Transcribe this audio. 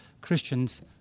Christians